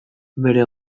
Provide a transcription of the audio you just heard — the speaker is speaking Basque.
bere